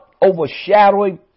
overshadowing